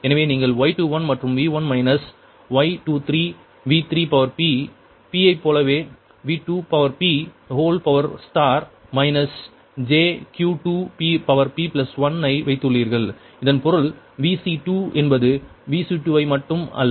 எனவே நீங்கள் Y21 மற்றும் V1 மைனஸ் Y23V3pp ஐப் போலவே V2p மைனஸ் jQ2p1 ஐ வைத்துள்ளீர்கள் இதன் பொருள் Vc2 என்பது Vc2 ஐ மட்டும் அல்ல